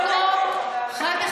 מי שרוצה לעשות את זה,